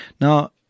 Now